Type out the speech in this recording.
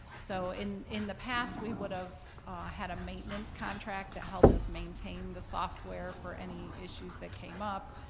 so in in the past, we would have had a maintenance contract that helped us maintain the software for any issues that came up,